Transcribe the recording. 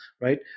right